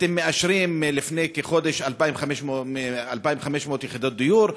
אתם מאשרים לפני כחודש 2,500 יחידות דיור.